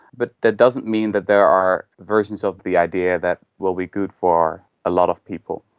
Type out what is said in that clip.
but that doesn't mean that there are versions of the idea that will be good for a lot of people.